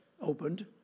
opened